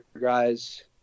guys